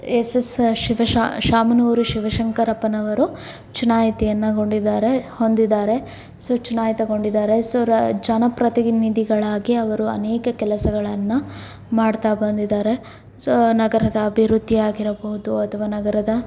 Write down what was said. S S Shiva ಶಾ ಶಾಮನೂರು ಶಿವಶಂಕರಪ್ಪನವರು ಚುನಾಯಿತಿಯನ್ನು ಗೊಂಡಿದ್ದಾರೆ ಹೊಂದಿದ್ದಾರೆ ಸೊ ಚುನಾಯಿತಗೊಂಡಿದ್ದಾರೆ ಸೊ ರ ಜನ ಪ್ರತಿನಿಧಿಗಳಾಗಿ ಅವರು ಅನೇಕ ಕೆಲಸಗಳನ್ನು ಮಾಡ್ತಾ ಬಂದಿದ್ದಾರೆ ಸೊ ನಗರದ ಅಭಿವೃದ್ಧಿ ಆಗಿರಬೋದು ಅಥವಾ ನಗರದ